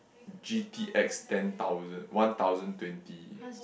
G_T_X ten thousand one thousand twenty